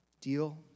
Deal